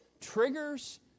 triggers